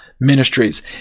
Ministries